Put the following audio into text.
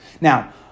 Now